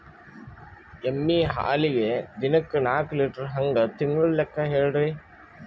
ಎಮ್ಮಿ ಹಾಲಿಗಿ ದಿನಕ್ಕ ನಾಕ ಲೀಟರ್ ಹಂಗ ತಿಂಗಳ ಲೆಕ್ಕ ಹೇಳ್ರಿ?